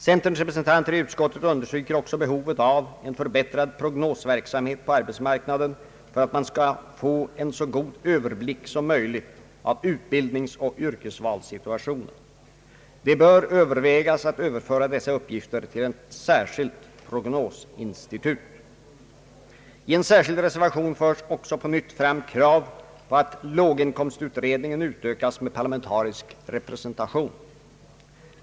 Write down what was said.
Centerns representanter i utskottet understryker också behovet av en förbättrad prognosverksamhet på arbetsmarknaden för att man skall få en så god överblick som möjligt av utbildningsoch yrkesvalssituationen. Det bör övervägas att överföra dessa uppgifter till ett särskilt prognosinstitut. I en särskild reservation förs också på nytt fram krav på att låginkomstutredningen utökas med parlamentarisk representation.